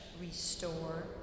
restore